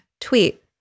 tweet